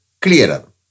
clearer